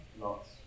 Lot's